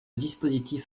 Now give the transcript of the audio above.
dispositif